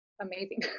amazing